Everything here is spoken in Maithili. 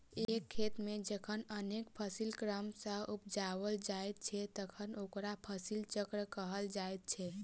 एक खेत मे जखन अनेक फसिल क्रम सॅ उपजाओल जाइत छै तखन ओकरा फसिल चक्र कहल जाइत छै